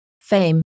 fame